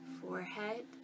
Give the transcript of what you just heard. forehead